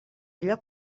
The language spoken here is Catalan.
allò